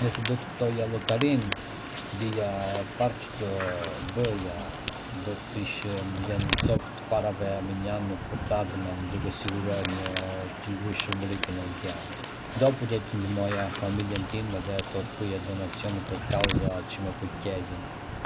Nëse do të fitoja llotarinë, gjëja e parë që do të bëja do të ishte me lënë një cop të parave mënjanë për të ardhmen, duke siguruar një qëndrueshmëri financiare. Dopu, do të ndihmoja familjen time edhe do të bëja donacione për kauza që më pëlqejnë.